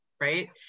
right